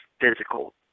physical